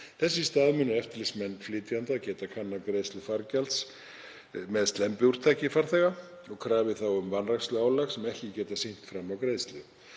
Þess í stað munu eftirlitsmenn flytjenda geta kannað greiðslu fargjalds hjá slembiúrtaki farþega og krafið þá um vanræksluálag sem ekki geta sýnt fram á greiðslu.